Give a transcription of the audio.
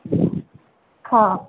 ହଁ